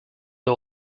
der